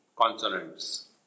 consonants